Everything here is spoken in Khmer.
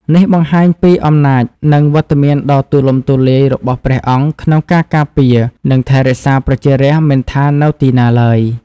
នេះបង្ហាញពីអំណាចនិងវត្តមានដ៏ទូលំទូលាយរបស់ព្រះអង្គក្នុងការការពារនិងថែរក្សាប្រជារាស្ត្រមិនថានៅទីណាឡើយ។